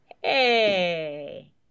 Hey